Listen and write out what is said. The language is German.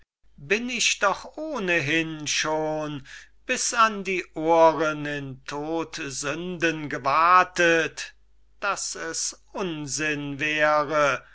bin ich doch ohnehin schon bis an die ohren in todsünden gewatet daß es unsinn wäre